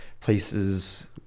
Places